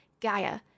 Gaia